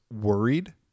worried